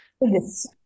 Yes